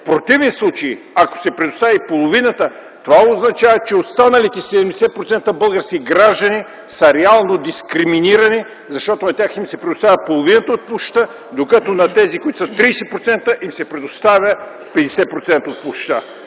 В противен случай, ако се предостави половината, това означава, че останалите 70% български граждани са реално дискриминирани, защото на тях им се предоставя половината от площта, докато на тези, които са 30%, им се предоставя 50% от площта.